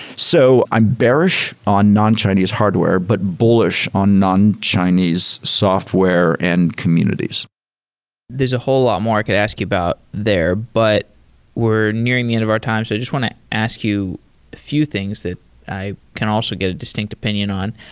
so i'm bearish on non-chinese hardware, but bullish on non-chinese software and communities there's a whole lot more i could ask you about there, but we're nearing the end of our time. so i just want to ask you few things that i can also get a distinct opinion on.